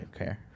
okay